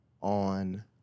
on